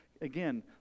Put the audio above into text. Again